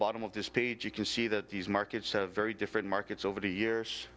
bottom of this page you can see that these markets have very different markets over the years